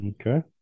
okay